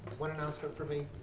one announcement for me,